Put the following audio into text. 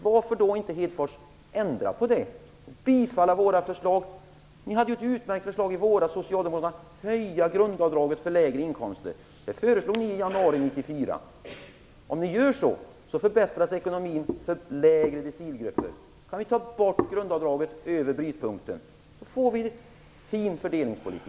Varför då inte ändra på det, Lars Hedfors, genom att bifalla våra förslag? Ni socialdemokrater hade ju ett utmärkt förslag i våras om att höja grundavdraget för lägre inkomster. Detta föreslog ni i januari 1994. Om ni gör så, förbättras ekonomin för lägre decilgrupper. Kan vi ta bort grundavdraget för dem som ligger över brytpunkten, så får vi en fin fördelningspolitik.